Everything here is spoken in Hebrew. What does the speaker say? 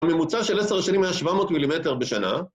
הממוצע של עשר שנים היה 700 מילימטר בשנה